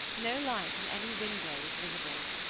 no light in any window was visible.